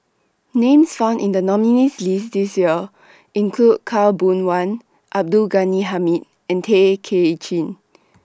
Names found in The nominees' list This Year include Khaw Boon Wan Abdul Ghani Hamid and Tay Kay Chin